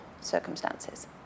circumstances